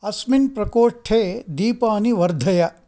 अस्मिन् प्रकोष्ठे दीपानि वर्धय